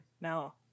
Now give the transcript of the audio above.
no